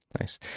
nice